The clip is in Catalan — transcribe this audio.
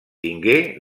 tingué